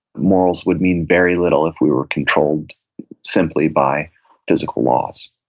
morals would mean very little if we were controlled simply by physical laws,